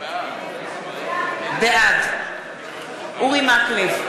בעד אורי מקלב,